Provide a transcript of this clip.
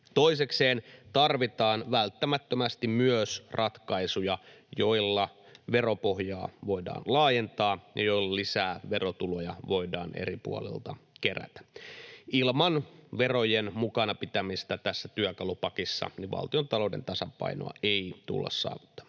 Toisekseen tarvitaan välttämättömästi myös ratkaisuja, joilla veropohjaa voidaan laajentaa ja joilla lisää verotuloja voidaan eri puolilta kerätä. Ilman verojen mukana pitämistä tässä työkalupakissa valtiontalouden tasapainoa ei tulla saavuttamaan.